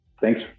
Thanks